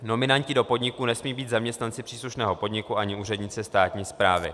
Nominanti do podniků nesmějí být zaměstnanci příslušného podniku ani úředníci státní správy.